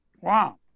Wow